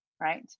right